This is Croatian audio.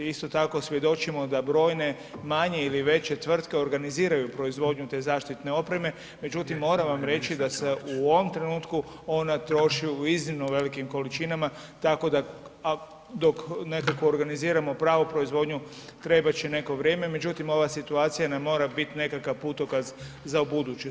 Isto tako svjedočimo da brojne manje ili veće tvrtke organiziraju proizvodnju te zaštitne opreme, međutim moram vam reći da se u ovom trenutku ona troši u iznimno velikim količinama tako da dok nekako organiziramo pravu proizvodnju trebat će neko vrijeme, međutim ova situacija nam mora bit nekakav putokaz za ubuduće.